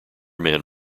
men